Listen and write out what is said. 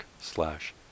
slash